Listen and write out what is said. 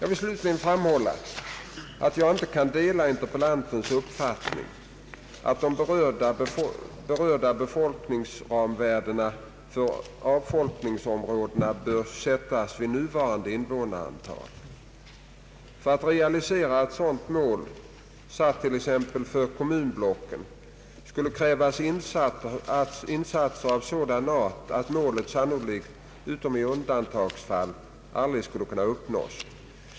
Jag vill slutligen framhålla att jag inte kan dela interpellantens uppfattning att de berörda befolkningsramvärdena för avfolkningsområdena bör sättas vid nuvarande invånarantal. För att realisera ett sådant mål, satt t.ex. för kommunblocken, skulle krävas insatser av sådan art att målet sannolikt, utom i undantagsfall, aldrig skulle kunna uppnås.